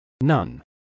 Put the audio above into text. None